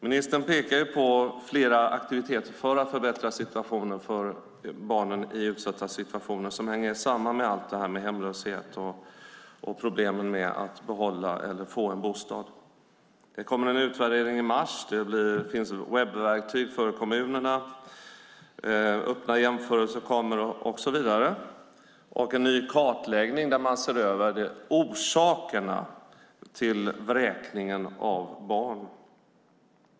Ministern pekar på flera aktiviteter för att förbättra situationen för utsatta barn. Det hänger samman med hemlöshet och problemen med att behålla eller få en bostad. Det kommer en utvärdering i mars, det finns webbverktyg för kommunerna, öppna jämförelser kommer och så vidare. Jag vill också nämna en ny kartläggning där man ser över orsakerna till vräkningar av barn.